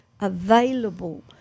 available